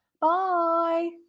Bye